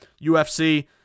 UFC